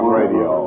radio